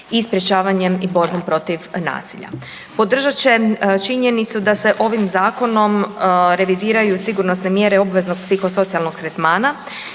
i sprječavanjem i borbom protiv nasilja. Podržat će činjenicu da se ovim Zakonom revidiraju sigurnosne mjere obveznog psihosocijalnog tretmana